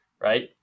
right